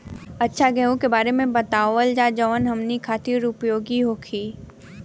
अच्छा गेहूँ के बारे में बतावल जाजवन हमनी ख़ातिर उपयोगी होखे?